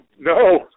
No